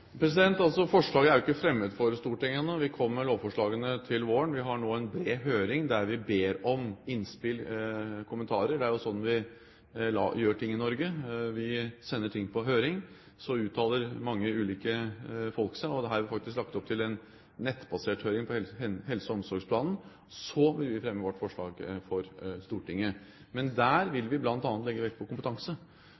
Forslaget er jo ikke fremmet for Stortinget ennå – vi kommer med lovforslaget til våren. Vi har nå en bred høring der vi ber om innspill og kommentarer – det er jo sånn vi gjør ting i Norge. Vi sender ting på høring, så uttaler mange ulike folk seg – her har vi faktisk lagt opp til en nettbasert høring på helse- og omsorgsplanen – og så vil vi fremme vårt forslag for Stortinget. Der vil